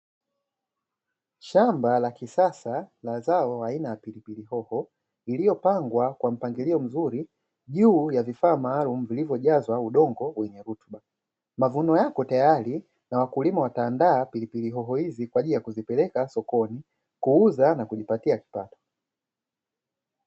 Shamba la kisasa la zao la aina ya pilipili hoho iliyopangwa kwa mpangilio mzuri juu ya vifaa maalumu vilivyojazwa udongo yenye rutuba, mavuno yako tayari na wakulima wataanda pilipili hoho hizi kwa ajili ya kuzipeleka sokoni kuuza na kujipatia kipato.